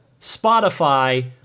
Spotify